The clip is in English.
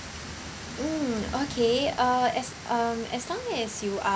mm okay uh as um as long as you are